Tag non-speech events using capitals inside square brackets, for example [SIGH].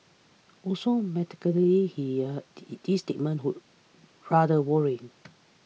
also mathematically here this [UNINTELLIGIBLE] rather worrying